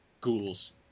Ghouls